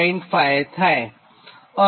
5 થાય